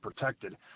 protected